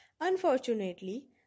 Unfortunately